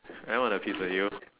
I want a piece with you